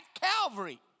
Calvary